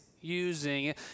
using